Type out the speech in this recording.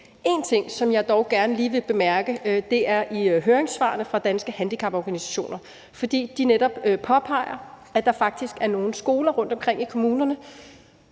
En ting, jeg dog gerne lige vil bemærke, er høringssvarene fra Danske Handicaporganisationer, fordi de netop påpeger, at der faktisk er nogle skoler rundtomkring i kommunerne,